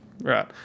right